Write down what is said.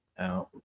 Out